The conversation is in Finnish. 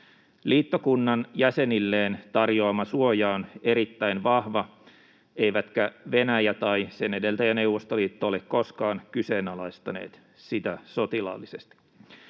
Liittokunnan jäsenilleen tarjoama suoja on erittäin vahva, eivätkä Venäjä tai sen edeltäjä Neuvostoliitto ole koskaan kyseenalaistaneet sitä sotilaallisesti.